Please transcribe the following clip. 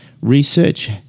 Research